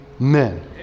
Amen